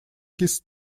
his